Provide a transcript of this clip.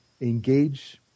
engage